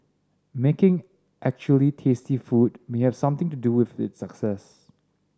making actually tasty food may have something to do with its success